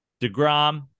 DeGrom